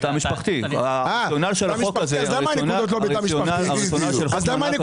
אתה אמרת קודם כי יש להם ילדים וצריך לשמור עליהם.